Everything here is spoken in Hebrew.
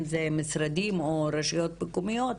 גם אלו משרדים או רשויות מקומיות,